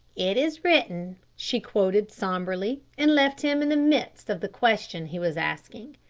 it is written, she quoted sombrely and left him in the midst of the question he was asking.